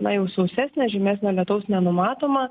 na jau sausesnė žymesnio lietaus nenumatoma